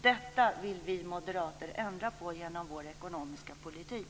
Detta vill vi moderater ändra på med hjälp av vår ekonomiska politik.